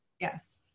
Yes